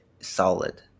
solid